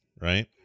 right